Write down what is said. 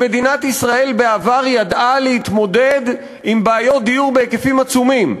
בעבר מדינת ישראל ידעה להתמודד עם בעיות דיור בהיקפים עצומים,